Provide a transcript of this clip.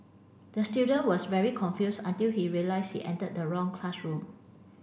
the student was very confused until he realised he entered the wrong classroom